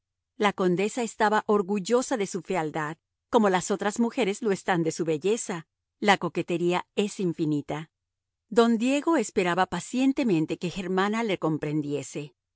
la condesa estaba orgullosa de su fealdad como las otras mujeres lo están de su belleza la coquetería es infinita don diego esperaba pacientemente que germana le comprendiese era